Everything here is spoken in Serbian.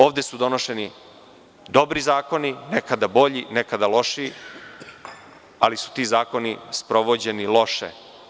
Ovde su donošeni dobri zakoni, nekada bolji, nekada lošiji, ali su ti zakoni sprovođeni loše.